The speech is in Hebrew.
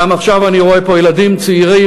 גם עכשיו אני רואה פה ילדים צעירים,